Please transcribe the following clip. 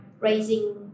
raising